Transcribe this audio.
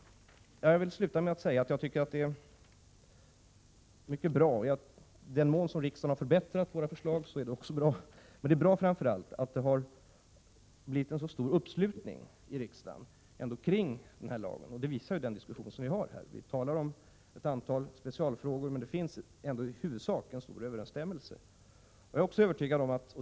Jag vill sluta med att säga att jag tycker att det är mycket bra med den stora uppslutningen kring förslagen. I den mån som riksdagen har förbättrat våra förslag är det också bra. Att uppslutningen kring den här lagen är stor i riksdagen visar den diskussion som vi för. Vi talar om ett antal specialfrågor, men det finns ändå i huvudsak stor överensstämmelse.